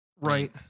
Right